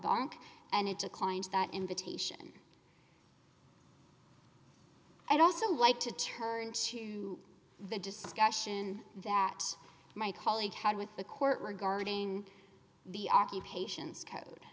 bonk and it declined that invitation i'd also like to turn to the discussion that my colleague had with the court regarding the occupation's code